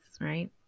right